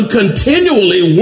continually